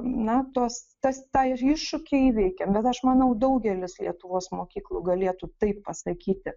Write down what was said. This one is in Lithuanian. na tos tas tą ir iššūkį įveikėm bet aš manau daugelis lietuvos mokyklų galėtų taip pasakyti